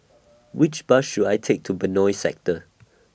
Which Bus should I Take to Benoi Sector